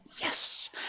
Yes